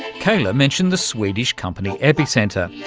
kayla mentioned the swedish company epicenter.